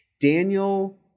Daniel